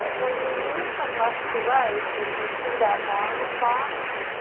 when you move from left to right. if you see that orange box,